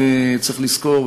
צריך לזכור,